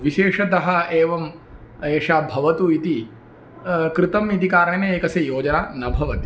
विशेषतः एवम् एषा भवतु इति कृतम् इति कारणे एकस्य योजना न भवति